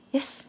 Yes